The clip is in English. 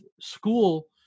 school